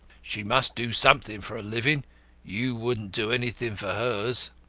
she must do something for a living you wouldn't do anything for hers.